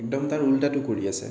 একদম তাৰ উল্টাটো কৰি আছে